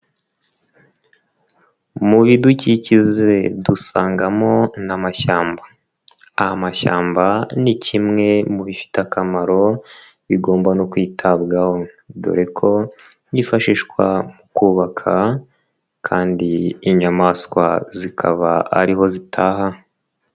Mu bidukikije dusangamo n'amashyamba, amashyamba ni kimwe mu bifite akamaro bigomba no kwitabwaho, dore ko byifashishwa mu kubaka kandi inyamaswa zikaba ariho zitaha.